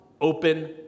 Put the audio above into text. open